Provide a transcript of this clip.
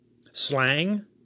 slang